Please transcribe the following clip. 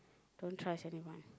don't trust anyone